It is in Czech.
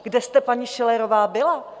Kde jste, paní Schillerová, byla?